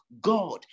God